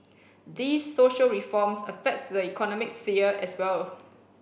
these social reforms affect the economic sphere as well